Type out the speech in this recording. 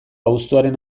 abuztuaren